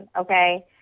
okay